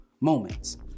moments